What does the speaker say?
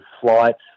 flights